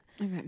okay